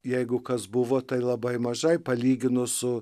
jeigu kas buvo tai labai mažai palyginus su